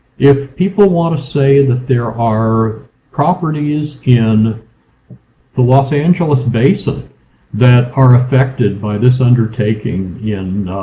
if people want to say that there are properties in the los angeles basin that are affected by this undertaking in